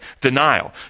denial